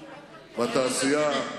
בתעשייה,